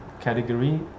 category